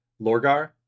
Lorgar